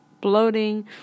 bloating